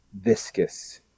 viscous